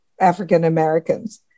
African-Americans